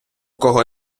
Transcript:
кого